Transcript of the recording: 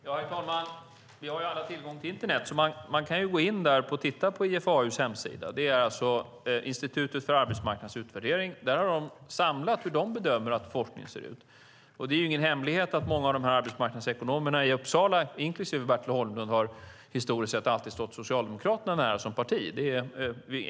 Herr talman! Vi har alla tillgång till internet. Man kan gå in där och titta på IFAU:s - Institutet för arbetsmarknads och utbildningspolitisk värdering - hemsida. Där har de samlat hur de bedömer att forskningen ser ut. Det är ingen hemlighet att många av dessa arbetsmarknadsekonomerna i Uppsala, inklusive Bertil Holmlund, historiskt sett alltid har stått Socialdemokraterna som parti nära.